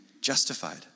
justified